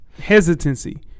hesitancy